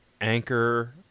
Anchor